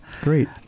Great